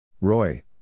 Roy